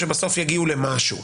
שבסוף יגיעו למשהו.